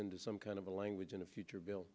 into some kind of a language in a future bill